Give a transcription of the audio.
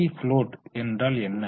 free float என்றால் என்ன